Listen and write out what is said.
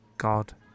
God